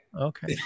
okay